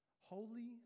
Holy